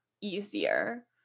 easier